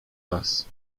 was